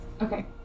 Okay